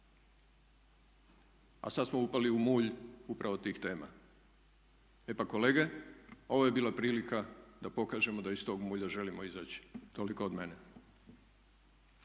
a sada smo upali u mulj upravo tih tema. E pa kolege, ovo je bila prilika da pokažemo da iz tog mulja želimo izaći. Toliko od mene.